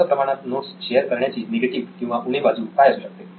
जास्त प्रमाणात notes share करण्याची निगेटिव्ह किंवा उणे बाजू काय असू शकते